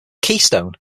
keystone